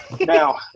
Now